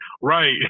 right